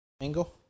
Mango